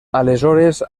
aleshores